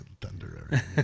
thunder